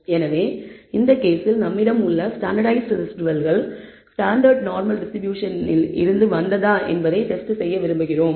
எனவே இந்த கேஸில் நம்மிடம் உள்ள ஸ்டாண்டர்ட்டைஸ்ட் ரெஸிடுவல்கள் ஸ்டாண்டர்ட் நார்மல் டிஸ்ட்ரிபியூஷனில் இருந்து வந்ததா என்பதை டெஸ்ட் செய்ய விரும்புகிறோம்